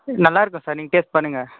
நல்லாயிருக்கும் சார் நீங்கள் டேஸ்ட் பண்ணுங்கள்